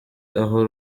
aho